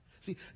See